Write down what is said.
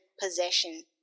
possession